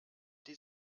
die